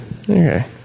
Okay